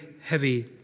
heavy